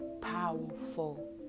powerful